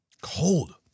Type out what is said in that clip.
Cold